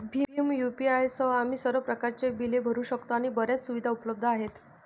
Bhim UPI सह, आम्ही सर्व प्रकारच्या बिले भरू शकतो आणि बर्याच सुविधा उपलब्ध आहेत